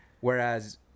Whereas